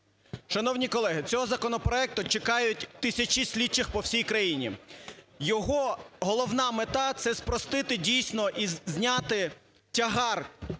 Шановні колеги, цього законопроекту чекають тисячі слідчих по всій країні. Його головна мета – це спростити, дійсно, і зняти тягар